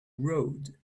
road